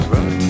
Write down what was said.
Run